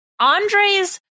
Andre's